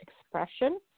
expression